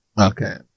Okay